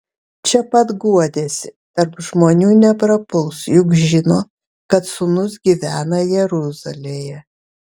čia pat guodėsi tarp žmonių neprapuls juk žino kad sūnus gyvena jeruzalėje